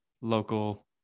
local